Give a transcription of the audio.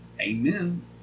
Amen